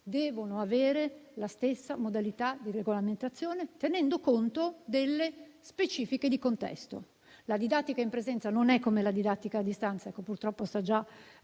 devono avere la stessa modalità di regolamentazione, tenendo conto delle specifiche di contesto. La didattica in presenza non è come la didattica a distanza (purtroppo sto già